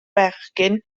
bechgyn